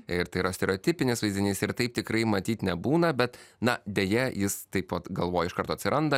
ir tai yra stereotipinis vaizdinys ir taip tikrai matyt nebūna bet na deja jis taip vat galvoj iš karto atsiranda